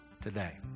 today